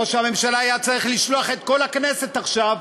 ראש הממשלה היה צריך לשלוח את כל הכנסת עכשיו,